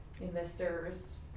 investors